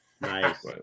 Nice